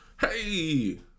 hey